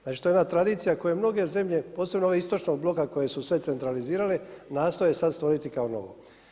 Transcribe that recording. Znači to je jedna tradicija koje mnoge zemlje, posebno ove istočnog bloka koje su sve centralizirale nastoje sada stvoriti sada kao novo.